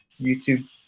YouTube